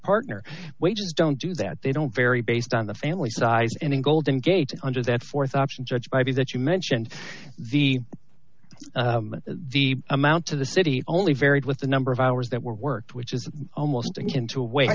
partner wages don't do that they don't vary based on the family size and in golden gate under that th option judge might be that you mentioned the the amount to the city only varied with the number of hours that were worked which is almost into a way